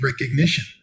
recognition